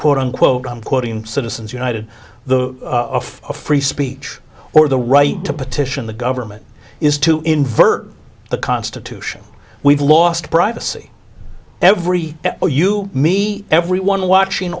quote unquote i'm quoting citizens united the of a free speech or the right to petition the government is to invert the constitution we've lost privacy every where you meet everyone watching